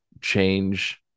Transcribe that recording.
change